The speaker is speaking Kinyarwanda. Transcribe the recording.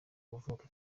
kuvuka